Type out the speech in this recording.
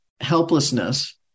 helplessness